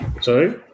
sorry